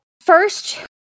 first